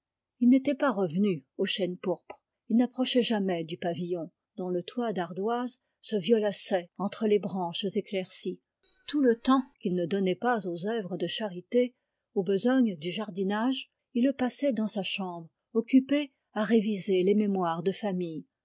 il n'était pas revenu au chêne pourpre il n'approchait jamais du pavillon dont le toit d'ardoise se violaçait entre les branches éclaircies tout le temps qu'il ne donnait pas aux œuvres de charité aux besognes du jardinage il le passait dans sa chambre occupé à réviser les mémoires de famille